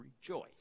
rejoice